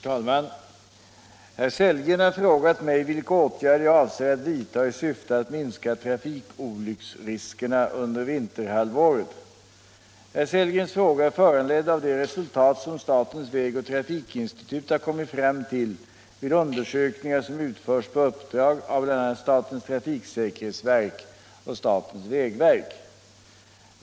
Herr talman! Herr Sellgren har frågat mig vilka åtgärder jag avser att vidta i syfte att minska trafikolycksriskerna under vinterhalvåret. Herr Sellgrens fråga är föranledd av de resultat som statens vägoch trafikinstitut har kommit fram till vid undersökningar som utförs på uppdrag av bl.a. statens trafiksäkerhetsverk och statens vägverk.